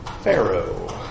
Pharaoh